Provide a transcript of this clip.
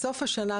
בסוף השנה,